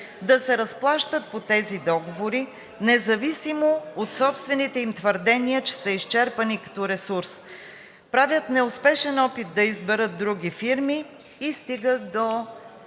да се разплащат по тези договори независимо от собствените им твърдения, че са изчерпани като ресурс. Правят неуспешен опит да изберат други фирми и стигат до